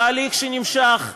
תהליך שנמשך בהידברות,